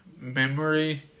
Memory